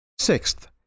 Sixth